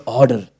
order